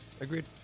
Agreed